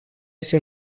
este